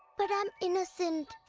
but i'm innocent.